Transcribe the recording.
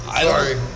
sorry